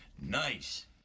Nice